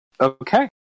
Okay